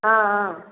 आओर हँ